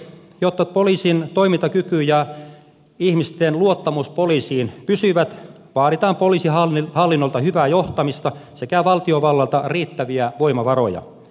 jotta poliisin toimintakyky ja ihmisten luottamus poliisiin pysyvät vaaditaan poliisihallinnolta hyvää johtamista sekä valtiovallalta riittäviä voimavaroja